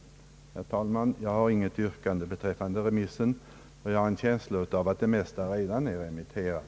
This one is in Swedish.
Herr talman! Jag har inget yrkande beträffande remissen — jag har en känsla av att det mesta redan är remitterat.